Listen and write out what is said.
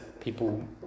people